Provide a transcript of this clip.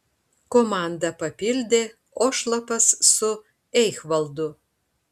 komandą papildė ošlapas su eichvaldu